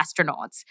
astronauts